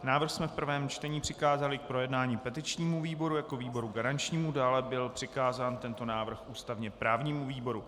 Návrh jsme v prvém čtení přikázali k projednání petičnímu výboru jako výboru garančnímu, dále byl přikázán tento návrh ústavněprávnímu výboru.